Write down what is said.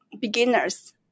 beginners